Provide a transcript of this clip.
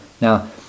Now